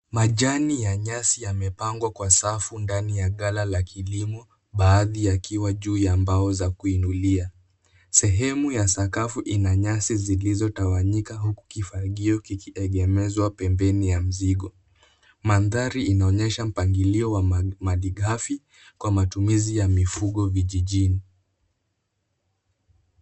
Majani ya nyasi yamepangwa kwa safu ndani ya ghala la kilimo baadhi yakiwa juu ya mbao za kuinulia. Sehemu ya sakafu ina nyasi zilizotawanyika huku kifagio kikiegemezwa pembeni ya mzigo. Mandhari inaonyesha mpangilio wa madigafi kwa matumizi ya mifugo vijijini.